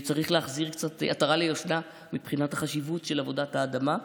צריך להחזיר קצת עטרה ליושנה מבחינת החשיבות של עבודת האדמה.